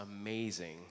amazing